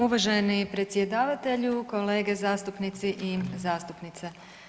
Uvaženi predsjedavatelju kolege zastupnici i zastupnice.